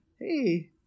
Hey